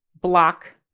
block